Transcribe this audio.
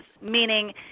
meaning